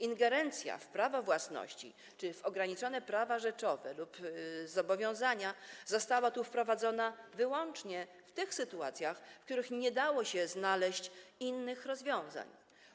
Ingerencja w prawa własności czy w ograniczone prawa rzeczowe lub zobowiązania została tu wprowadzona wyłącznie w tych sytuacjach, w których nie dało się znaleźć innych rozwiązań.